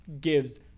gives